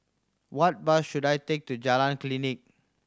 what bus should I take to Jalan Klinik